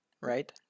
Right